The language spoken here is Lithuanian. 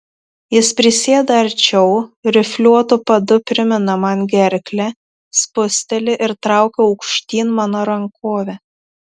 jis prisėda arčiau rifliuotu padu primina man gerklę spūsteli ir traukia aukštyn mano rankovę